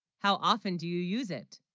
how often do you use it